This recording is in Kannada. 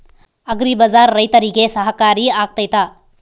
ಅಗ್ರಿ ಬಜಾರ್ ರೈತರಿಗೆ ಸಹಕಾರಿ ಆಗ್ತೈತಾ?